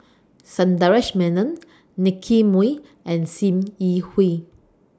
Sundaresh Menon Nicky Moey and SIM Yi Hui